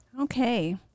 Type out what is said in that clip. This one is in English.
Okay